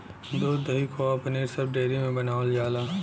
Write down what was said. दूध, दही, खोवा पनीर सब डेयरी में बनावल जाला